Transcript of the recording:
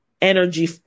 energy